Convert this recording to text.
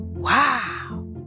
Wow